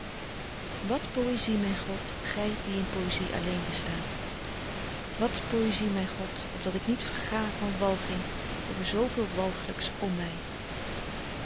wat poëzie myn god gy die in poëzie alleen bestaat wat poëzie myn god opdat ik niet verga van walging over zooveel walg'lyks m my